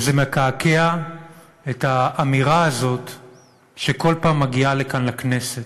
וזה מקעקע את האמירה הזאת שכל פעם מגיעה לכאן לכנסת,